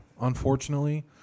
unfortunately